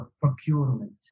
procurement